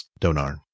Donar